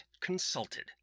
consulted